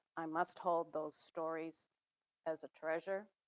i must hold those stories as a treasure.